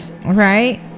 Right